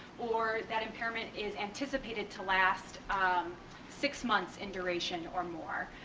or that impairment is anticipated to last um six months in duration or more.